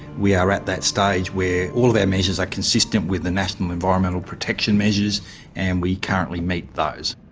we are at that stage where all of our measures are consistent with the national environmental protection measures and we currently meet those.